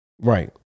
Right